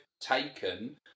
taken